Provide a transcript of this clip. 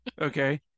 Okay